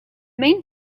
main